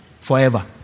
Forever